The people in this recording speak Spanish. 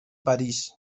parís